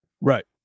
Right